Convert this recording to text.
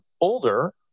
older